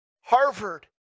Harvard